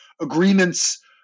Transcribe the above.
agreements